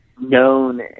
known